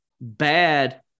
bad